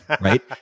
right